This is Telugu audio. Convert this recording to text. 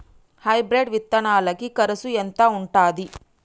హైబ్రిడ్ విత్తనాలకి కరుసు ఎంత ఉంటది?